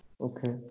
okay